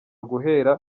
guhera